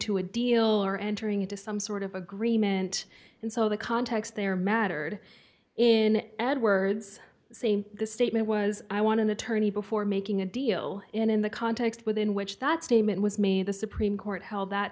to a deal or entering into some sort of agreement and so the context there mattered in edward's same statement was i want to attorney before making a deal in the context within which that statement was made the supreme court held that